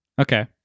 okay